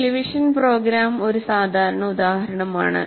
ഒരു television programme ഒരു സാധാരണ ഉദാഹരണമാണ്